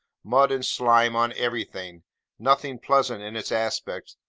mud and slime on everything nothing pleasant in its aspect,